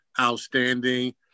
outstanding